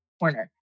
corner